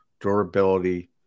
durability